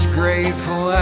grateful